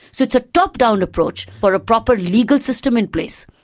so it's a top-down approach for a proper legal system in place,